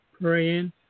praying